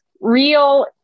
real